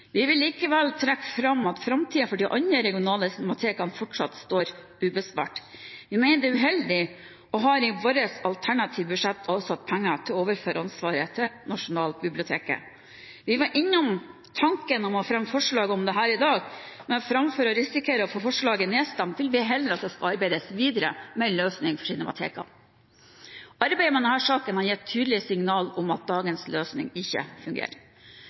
Vi vil likevel trekke fram at framtiden for de andre regionale cinematekene fortsatt står ubesvart. Vi mener det er uheldig og har i vårt alternative budsjett avsatt penger til å overføre ansvaret til Nasjonalbiblioteket. Vi var innom tanken om å fremme forslag om dette i dag, men framfor å risikere å få forslaget nedstemt vil vi heller at det skal arbeides videre med en løsning for cinematekene. Arbeidet med denne saken har gitt tydelige signaler om at dagens løsning ikke fungerer.